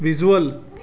visual